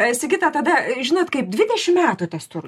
e sigita tada žinot kaip dvidešimt metų testur